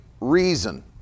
reason